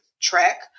track